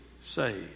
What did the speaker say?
saved